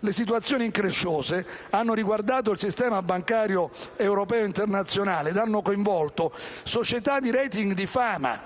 Le situazioni incresciose hanno riguardato il sistema bancario italiano, europeo ed internazionale ed hanno coinvolto società di *rating* di fama